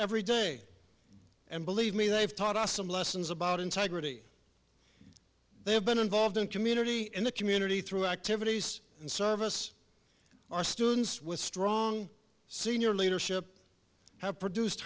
every day and believe me they have taught us some lessons about integrity they have been involved in community in the community through activities and service our students with strong senior leadership have produced